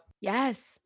yes